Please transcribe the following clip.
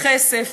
בכסף